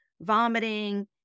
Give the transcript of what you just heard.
vomiting